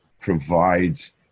provides